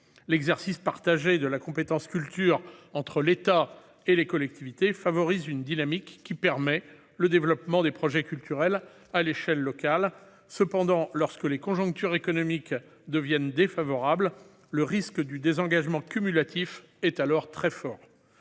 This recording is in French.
L'exercice partagé de la compétence culture avec l'État favorise une dynamique qui permet le développement de projets culturels à l'échelle locale. Cependant, lorsque les conjonctures économiques deviennent défavorables, le risque de désengagement cumulatif est très fort.